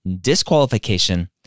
disqualification